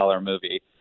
movie